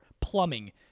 plumbing